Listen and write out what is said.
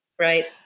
Right